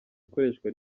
ikoreshwa